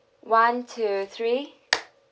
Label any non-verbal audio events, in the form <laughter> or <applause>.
one two three <noise>